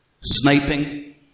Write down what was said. Sniping